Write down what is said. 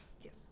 Yes